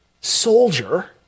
soldier